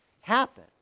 happen